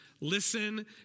Listen